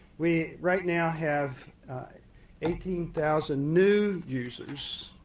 we right now have eighteen thousand new users.